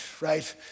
right